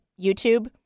YouTube